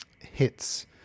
hits